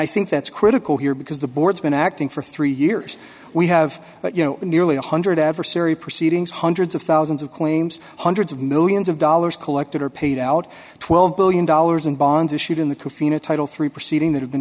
i think that's critical here because the board's been acting for three years we have that you know nearly one hundred dollars adversary proceedings hundreds of thousands of claims hundreds of millions of dollars collected are paid out twelve billion dollars in bonds issued in the casino title three proceeding that have been